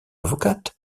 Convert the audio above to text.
avocate